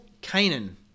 Canaan